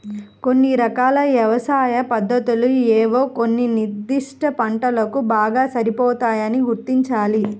కొన్ని రకాల వ్యవసాయ పద్ధతులు ఏవో కొన్ని నిర్దిష్ట పంటలకు బాగా సరిపోతాయని గుర్తించాలి